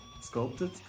sculpted